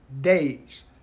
days